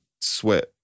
sweat